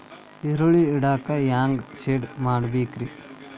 ಈರುಳ್ಳಿ ಇಡಾಕ ಹ್ಯಾಂಗ ಶೆಡ್ ಮಾಡಬೇಕ್ರೇ?